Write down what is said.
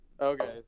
Okay